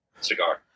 cigar